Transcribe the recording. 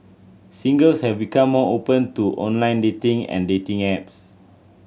singles have become more open to online dating and dating apps